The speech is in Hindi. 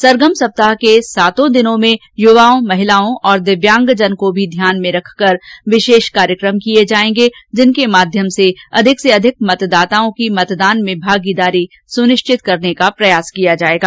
सरगम सप्ताह के सातो दिनों में युवाओं महिलाओं और दिव्यांगजन को भी ध्यान में रखकर विशेष कार्यकम होंगे जिनके माध्यम से अधिक से अधिक मतदाताओं की मतदान में भागीदारी सुनिश्चित की जायेगी